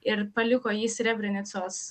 ir paliko jį srebrenicos